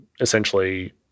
essentially